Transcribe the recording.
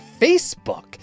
Facebook